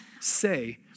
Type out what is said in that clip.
say